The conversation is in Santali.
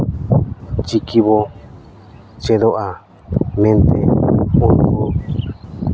ᱪᱤᱠᱤ ᱵᱚ ᱪᱮᱫᱚᱜᱼᱟ ᱢᱮᱱᱛᱮ